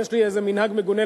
יש לי איזה מנהג מגונה,